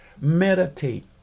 Meditate